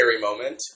moment